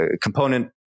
component